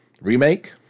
Remake